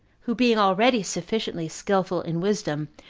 who being already sufficiently skillful in wisdom,